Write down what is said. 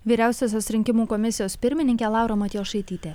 vyriausiosios rinkimų komisijos pirmininkė laura matjošaitytė